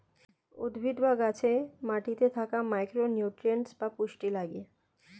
উদ্ভিদ বা গাছে মাটিতে থাকা মাইক্রো নিউট্রিয়েন্টস বা পুষ্টি লাগে